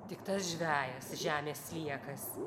tik tas žvejas žemės sliekas